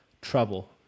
trouble